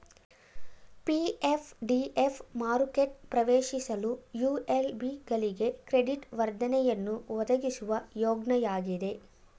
PF DF ಮಾರುಕೆಟ ಪ್ರವೇಶಿಸಲು ULB ಗಳಿಗೆ ಕ್ರೆಡಿಟ್ ವರ್ಧನೆಯನ್ನು ಒದಗಿಸುವ ಯೋಜ್ನಯಾಗಿದೆ